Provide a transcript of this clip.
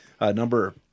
number